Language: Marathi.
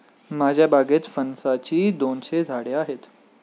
माझ्या बागेत फणसाची दोनशे झाडे आहेत